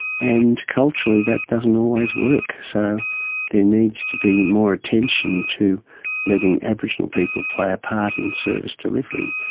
and culturally that doesn't always work, so there needs to be more attention to letting aboriginal people play a part in service delivery,